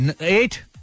Eight